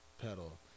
pedal